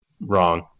wrong